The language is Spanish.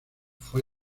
fue